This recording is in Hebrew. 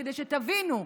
כדי שתבינו.